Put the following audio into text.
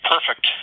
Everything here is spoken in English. Perfect